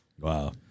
Wow